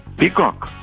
peacock